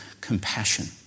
compassion